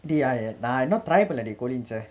dey I நா இன்னும்:naa innum try பண்ணல:pannala dey Collins